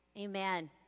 Amen